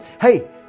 Hey